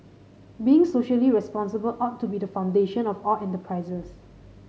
being socially responsible ought to be the foundation of all enterprises